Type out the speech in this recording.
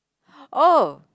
oh